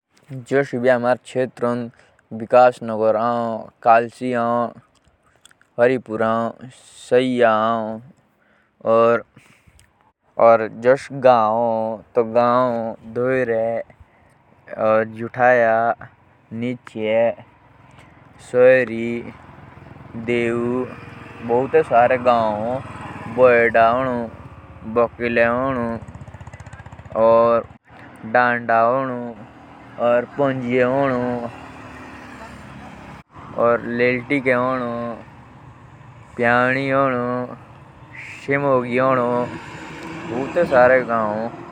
जुश इभी हरिपुर आमारे चेतरो दो आओ। विकासनगर, कालसी, देऊ, झुटाया, सेरी, निचिया, धॉईरा, और लेल्टिके सेमोगी, देऊ, डांडा और पियाओनी हो।